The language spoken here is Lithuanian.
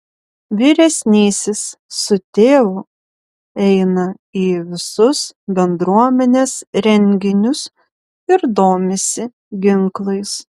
vyresnysis su tėvu eina į visus bendruomenės renginius ir domisi ginklais